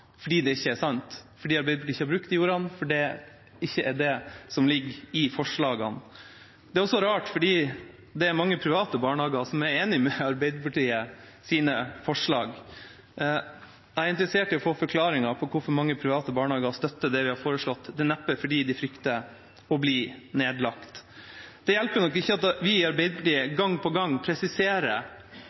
fordi det ikke er sant, fordi Arbeiderpartiet ikke har brukt de ordene, og fordi det ikke er det som ligger i forslagene. Det er også rart fordi det er mange private barnehager som er enig med Arbeiderpartiets forslag. Jeg er interessert i å få forklaringen på hvorfor mange private barnehager støtter det vi har foreslått. Det er neppe fordi de frykter å bli nedlagt. Det hjelper nok ikke at vi i Arbeiderpartiet gang på gang presiserer